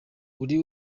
uri